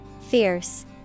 Fierce